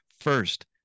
first